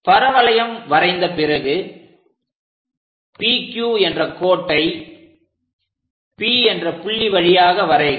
பரவளையம் வரைந்த பிறகு PQ என்ற கோட்டை P என்ற புள்ளி வழியாக வரைக